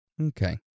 Okay